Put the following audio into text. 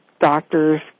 doctors